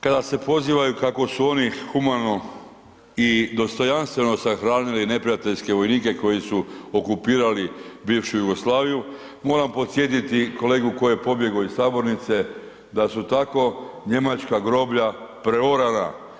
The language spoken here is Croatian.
Kada se pozivaju kako su oni humano i dostojanstveno sahranili neprijateljske vojnike koji su okupirali bivšu Jugoslaviju moram podsjetiti kolegu koji je pobjegao iz sabornice da su tako njemačka groblja preorana.